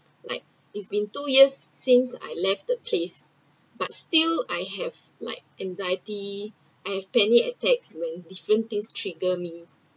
like it’s been two years since I left the place but still I have like anxiety I have panic attacks when different things trigger me